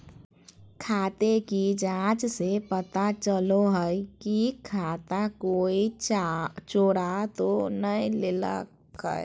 खाते की जाँच से पता चलो हइ की खाता कोई चोरा तो नय लेलकय